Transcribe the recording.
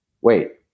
wait